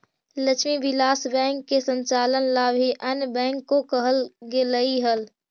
Lakshmi Vilas bank के संचालन ला भी अन्य बैंक को कहल गेलइ हल